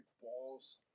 balls